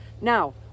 Now